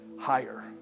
higher